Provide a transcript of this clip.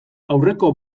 aurreko